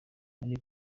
muri